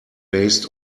based